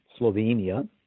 Slovenia